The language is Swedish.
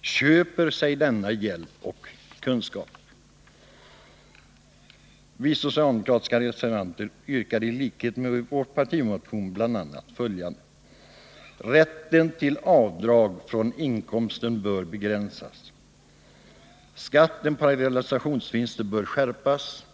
köper sig denna hjälp och kunskap. I den socialdemokratiska reservationen yrkas liksom i vår partimotion bl.a. följande: Rätten till avdrag från inkomsten bör begränsas. Skatten på realisationsvinster bör skärpas.